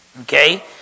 Okay